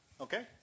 Okay